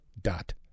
dot